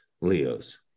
Leo's